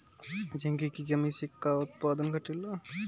Zinc की कमी से का उत्पादन घटेला?